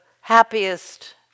happiest